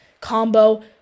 combo